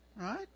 Right